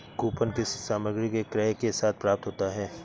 coupon किसी सामग्री के क्रय के साथ प्राप्त होता है